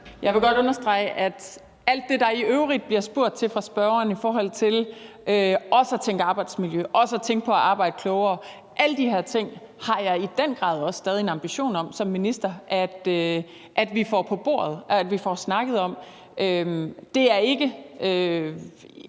Jeg vil godt understrege, at alt det, der i øvrigt bliver spurgt til af spørgeren i forhold til også at tænke i arbejdsmiljø og at tænke på at arbejde klogere, har jeg i den grad som minister også stadig en ambition om at vi får på bordet og at vi får snakket om. Det er ikke